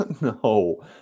No